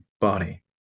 body